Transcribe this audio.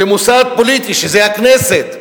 שמוסד פוליטי, שזה הכנסת,